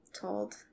told